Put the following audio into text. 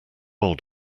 old